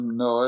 no